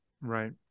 right